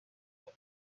دارم